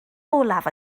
olaf